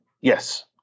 Yes